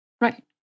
Right